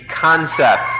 concept